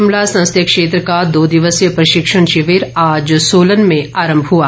शिमला संसदीय क्षेत्र का दो दिवसीय प्रशिक्षण शिविर आज सोलन में आरम्भ हुआ